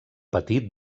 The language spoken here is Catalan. patir